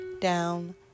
down